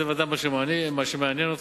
וזה מה שמעניין אותך,